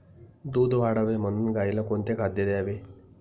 दूध वाढावे म्हणून गाईला कोणते खाद्य द्यावे?